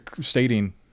stating